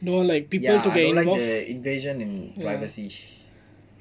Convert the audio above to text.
ya I don't like the invasion and privacy